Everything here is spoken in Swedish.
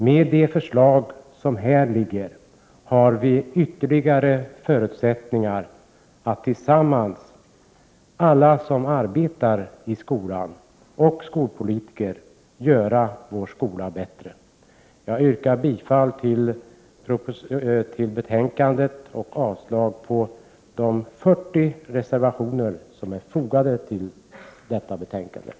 Med de förslag som här föreligger har vi ytterligare förutsättningar att tillsammans, alla som arbetar i skolan och skolpolitiker, göra vår skola bättre. Jag yrkar bifall till utskottets hemställan och avslag på de 40 reservationer som är fogade till betänkandet.